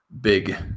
big